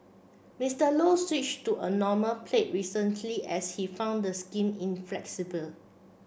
Mister Low switched to a normal plate recently as he found the inflexible